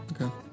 Okay